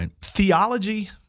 Theology